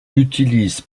utilise